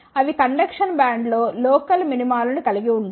అవి కండక్షన్ బ్యాండ్లో లోకల్ మినిమాలను కలిగి ఉంటాయి